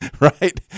right